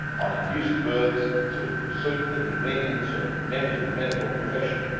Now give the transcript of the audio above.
on induced births to suit the convenience of members of the medical profession,